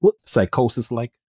Psychosis-like